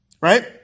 right